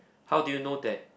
how do you know that